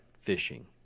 fishing